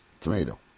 tomato